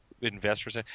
investors